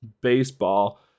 Baseball